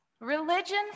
Religion